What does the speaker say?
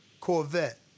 Corvette